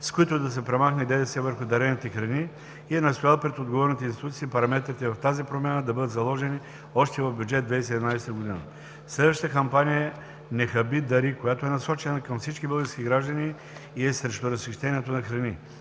с които да се премахне ДДС върху дарените храни, и е настоял пред отговорните институции параметрите в тази промяна да бъдат заложени още в Бюджет 2017 г. Следващата кампания е „Не хаби – дари!“, която е насочена към всички български граждани и е срещу разхищението на храни.